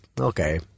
Okay